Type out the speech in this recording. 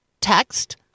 Text